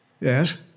Yes